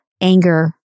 anger